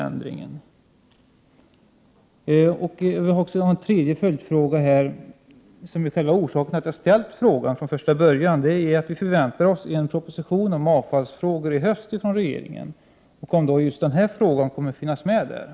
Jag har också en tredje följdfråga, som gäller själva orsaken till att jag ställde frågan från början: Kommer just detta att finnas med i den proposition om avfallsfrågor som kommer från regeringen i höst?